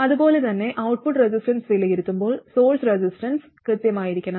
അതുപോലെ തന്നെ output resistance വിലയിരുത്തുമ്പോൾ സോഴ്സ് റെസിസ്റ്റൻസ് കൃത്യമായിരിക്കണം